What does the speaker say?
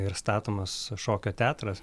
ir statomas šokio teatras